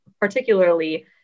particularly